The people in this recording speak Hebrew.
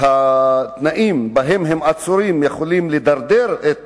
והתנאים שבהם הם עצורים עלולים לדרדר את